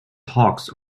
hawks